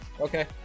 Okay